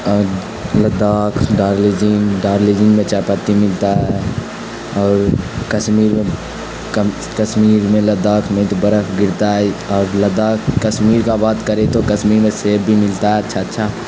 اور لداخ دارجلنگ دارجلنگ میں چائے پتی ملتا ہے اور کشمیر میں کشمیر میں لداخ میں تو برف گرتا ہے اور لداخ کشمیر کا بات کریں تو کشمیر میں سیب بھی ملتا ہے اچھا اچھا